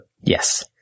Yes